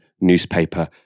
newspaper